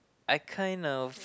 I kind of